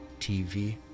TV